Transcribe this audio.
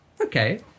okay